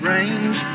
Range